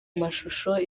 mashusho